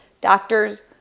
doctors